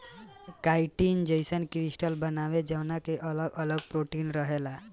chitin जईसन crystal बनावेला जवना के अगल अगल प्रोटीन रहेला